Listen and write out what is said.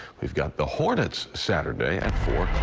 we've got the hornets saturday at four